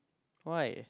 why